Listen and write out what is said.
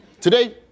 Today